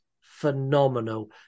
phenomenal